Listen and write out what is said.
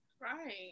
Right